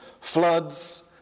floods